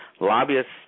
Lobbyists